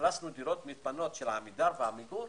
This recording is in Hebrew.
אכלסנו דירות מתפנות של עמידר ועמיגור,